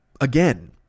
again